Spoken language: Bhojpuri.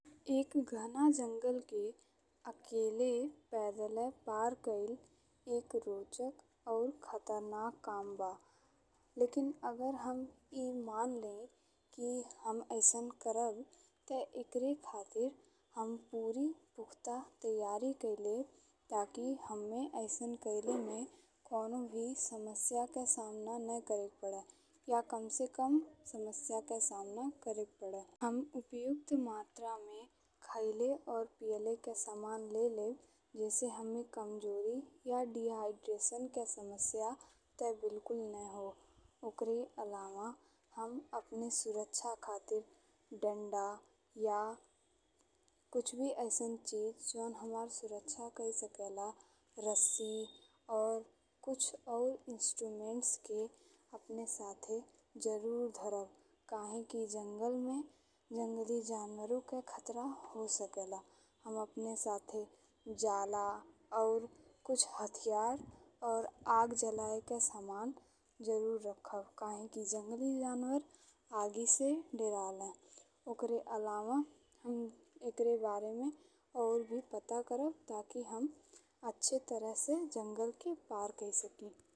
एक घना जंगल के अकेले पईदल पर कइले एक रोचक और खतरनाक काम बा, लेकिन अगर हम ए मानी लेइ कि हम अइसन करब ते एकरे खातिर हम पूरी पुख्ता तयारी कइ लेब। ताकि हम्मे अइसन कैले में कवनो भी समस्या के सामना ने करेके पड़े या कम से कम समस्या के सामना करेके पड़े। हम उपयुक्त मात्रा में खइले और पीले के समान ले लेब जइसें हम्मे कमजोरी या डीहाइड्रेशन के समस्या ते बिलकुल ने हो। ओकरे अलावा हम अपने सुरक्षा खातिर डंडा या कुछ भी अइसन चीज जौन हमार सुरक्षा कइ सकेला रस्सी और कुछ अउर इंस्ट्रूमेंट्स के अपने साथे जरूर धरब। काहेकि जंगल में जंगली जनावरों के खतरा हो सकेला। हम अपने साथे जला और कुछ हथियार और आग जलाई के समान जरूर रखब काहेकि जंगली जनावर आगी से डरले। ओकरे अलावा हम एकरे बारे में अउर भी पता करब ताकि हम अच्छे तरह से जंगल के पार कइ सकी।